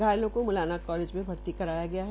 घायलों को मुलाना कालेज में भर्ती करवाया गया है